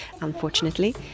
unfortunately